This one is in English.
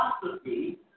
philosophy